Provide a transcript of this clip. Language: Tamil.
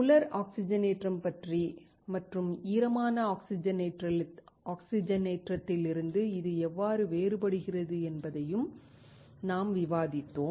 உலர் ஆக்சிஜனேற்றம் பற்றி மற்றும் ஈரமான ஆக்ஸிஜனேற்றத்திலிருந்து இது எவ்வாறு வேறுபடுகிறது என்பதை நாம் விவாதித்தோம்